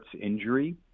injury